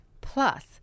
Plus